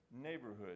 neighborhood